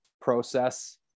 process